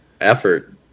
effort